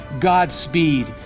Godspeed